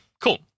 cool